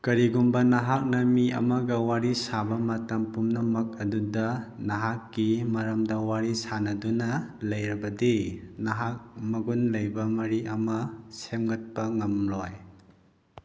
ꯀꯔꯤꯒꯨꯝꯕ ꯅꯍꯥꯛꯅ ꯃꯤ ꯑꯃꯒ ꯋꯥꯔꯤ ꯁꯥꯕ ꯃꯇꯝ ꯄꯨꯝꯅꯃꯛ ꯑꯗꯨꯗ ꯅꯍꯥꯛꯀꯤ ꯃꯔꯝꯗ ꯋꯥꯔꯤ ꯁꯥꯅꯗꯨꯅ ꯂꯩꯔꯕꯗꯤ ꯅꯍꯥꯛ ꯃꯒꯨꯟ ꯂꯩꯕ ꯃꯔꯤ ꯑꯃ ꯁꯦꯝꯒꯠꯄ ꯉꯝꯂꯣꯏ